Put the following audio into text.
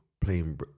playing